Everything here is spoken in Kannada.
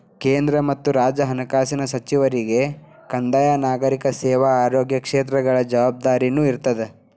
ಕೇಂದ್ರ ಮತ್ತ ರಾಜ್ಯ ಹಣಕಾಸಿನ ಸಚಿವರಿಗೆ ಕಂದಾಯ ನಾಗರಿಕ ಸೇವಾ ಆಯೋಗ ಕ್ಷೇತ್ರಗಳ ಜವಾಬ್ದಾರಿನೂ ಇರ್ತದ